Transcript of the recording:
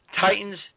Titans